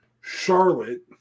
Charlotte